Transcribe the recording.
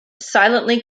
silently